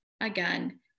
Again